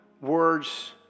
words